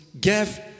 give